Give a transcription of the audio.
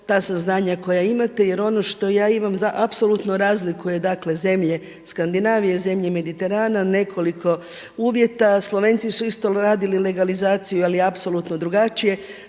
ta saznanja koja imate jer ono što ja imam za apsolutno razlikuje zemlje skandinavije, zemlje mediterana nekoliko uvjeta. Slovenci su isto radili legalizaciju ali apsolutno drugačije,